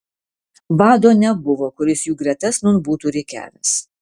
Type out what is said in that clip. vado nebuvo kuris jų gretas nūn būtų rikiavęs